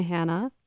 Hannah